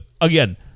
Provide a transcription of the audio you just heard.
again